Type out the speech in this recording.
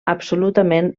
absolutament